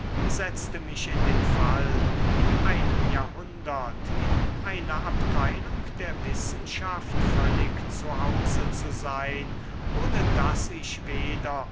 setzte mich in den fall in einem jahrhundert in einer abteilung der wissenschaft völlig zu hause zu sein ohne daß ich weder